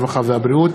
הרווחה והבריאות,